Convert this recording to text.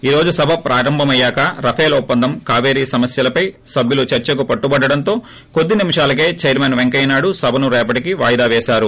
ఈ రోజు సభ ్ప్రారంభమయ్యాక రఫీల్ ఒప్పందం కాపేరీ సమస్యలపై సభ్యులు చర్సకు పట్టుబట్టడంతో కొద్ది నిమిషాలకే చైర్మన్ పెంకయ్యనాయుడు సభను రేపటికి వాయిదా పేశారు